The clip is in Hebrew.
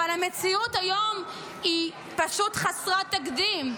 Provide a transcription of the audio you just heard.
אבל המציאות היום היא פשוט חסרת תקדים,